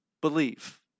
believe